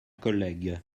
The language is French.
collègues